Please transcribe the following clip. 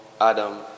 Adam